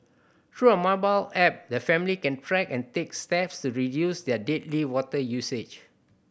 through a mobile app the family can track and take steps to reduce their daily water usage